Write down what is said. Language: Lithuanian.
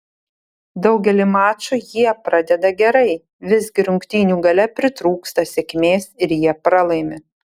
daugelį mačų jie pradeda gerai visgi rungtynių gale pritrūksta sėkmės ir jie pralaimi